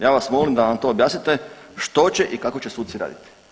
Ja vas molim da nam to objasnite što će i kako će suci raditi.